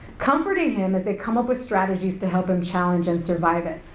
comforting him as they come up with strategies to help him challenge and survive it,